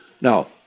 Now